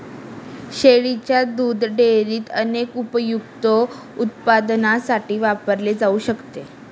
शेळीच्या दुध डेअरीत अनेक उपयुक्त उत्पादनांसाठी वापरले जाऊ शकते